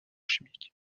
chimique